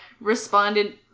responded